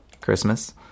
Christmas